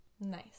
Nice